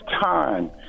time